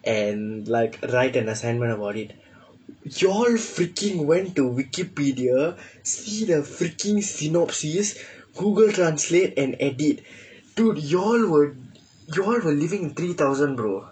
and like write an assignment about it you all freaking went to Wikipedia see the freaking synopsis Google translate and edit dude you all you all were living in three thousand bro